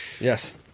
Yes